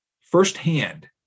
firsthand